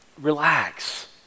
relax